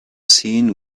scene